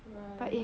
right